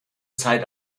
zeit